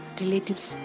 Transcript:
relatives